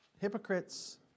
hypocrite's